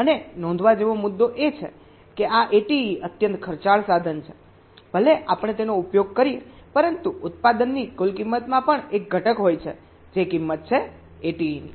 અને નોંધવા જેવો મુદ્દો એ છે કે આ ATE અત્યંત ખર્ચાળ સાધન છે ભલે આપણે તેનો ઉપયોગ કરીએ પરંતુ ઉત્પાદનની કુલ કિંમતમાં પણ એક ઘટક હોય છે જે કિંમત છે ATE ની